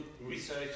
research